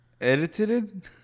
Edited